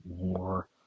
more